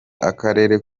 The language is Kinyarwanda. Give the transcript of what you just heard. akarere